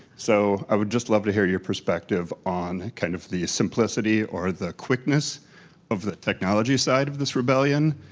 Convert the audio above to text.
so i would just love to hear your perspective on kind of the simplicity or the quickness of the technology side of this rebellion,